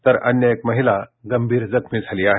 तर अन्य एक महिला गंभीर जखमी झाली आहे